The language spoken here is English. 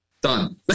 done